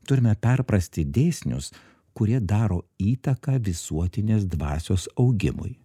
turime perprasti dėsnius kurie daro įtaką visuotinės dvasios augimui